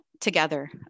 together